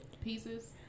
pieces